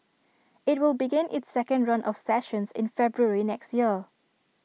IT will begin its second run of sessions in February next year